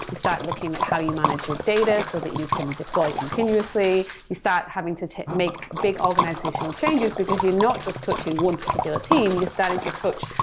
start looking at how you manage your data so that you can deploy continuously. you start having to to make big organizational changes because you're not just touching one particular team, you're starting to touch,